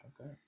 okay